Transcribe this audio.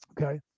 Okay